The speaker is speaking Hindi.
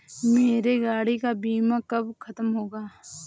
मेरे गाड़ी का बीमा कब खत्म होगा?